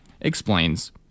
explains